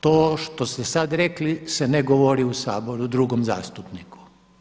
To što ste sad rekli se ne govori u Saboru drugom zastupniku.